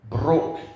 broke